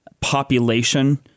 population